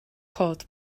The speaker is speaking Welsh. cod